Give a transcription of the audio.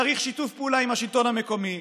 צריך שיתוף פעולה עם השלטון המקומי,